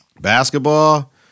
Basketball